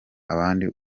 abandi